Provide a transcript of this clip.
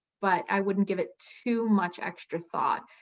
but i wouldn't give it too much extra thought.